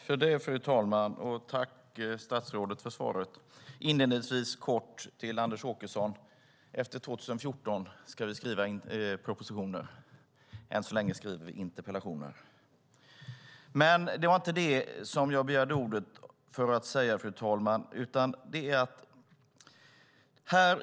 Fru talman! Tack, statsrådet, för svaret! Inledningsvis kort till Anders Åkesson: Efter 2014 ska vi skriva propositioner. Än så länge skriver vi interpellationer. Men det var inte det som jag begärde ordet för att säga, fru talman.